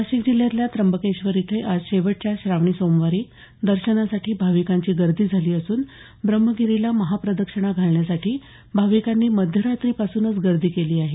नाशिक जिल्ह्यातल्या त्यंबकेश्वर इथे आज शेवटच्या श्रावणी सोमवारी दर्शनासाठी भाविकांची गर्दी झाली असून ब्राह्मगिरीला महाप्रदक्षिणा घालण्यासाठी भाविकांनी मध्यरात्री पासूनच गर्दी केली आहे